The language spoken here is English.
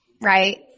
Right